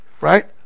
right